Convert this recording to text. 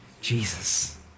Jesus